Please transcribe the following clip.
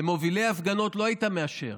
על מובילי הפגנות לא היית מאשר,